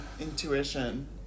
Intuition